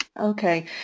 Okay